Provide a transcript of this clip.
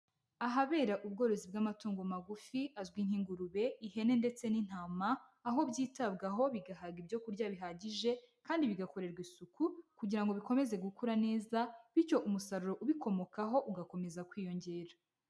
Ahabera ubworozi bw'amatungo magufi azwi nk'ingurube, ihene ndetse n'intama, aho byitabwaho bigahaga ibyo kurya bihagije, kandi bigakorerwa isuku kugira ngo bikomeze gukura neza, bityo umusaruro ubikomokaho ugakomeza kwiyongera.